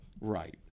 Right